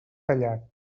tallat